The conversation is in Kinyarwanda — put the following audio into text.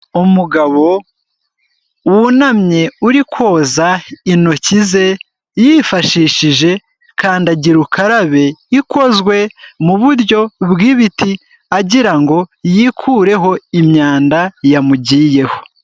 Umugabo wunamye uri koza intoki ze yifashishije kandagira ukarabe ikozwe mu buryo bw'ibiti agira ngo yikureho imyanda yamugiyeho.